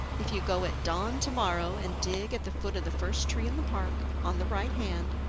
if you go at dawn to-morrow and dig at the foot of the first tree in the park, on the right hand,